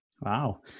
Wow